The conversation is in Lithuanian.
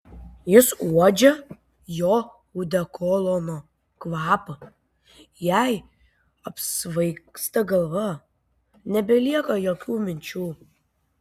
ji uodžia jo odekolono kvapą jai apsvaigsta galva nebelieka jokių minčių